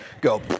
Go